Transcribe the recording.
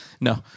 No